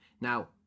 Now